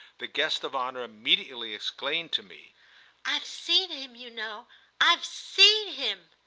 the guest of honour immediately exclaimed to me i've seen him, you know i've seen him!